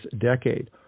Decade